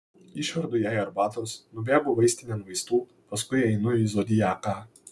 išverdu jai arbatos nubėgu vaistinėn vaistų paskui einu į zodiaką